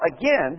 again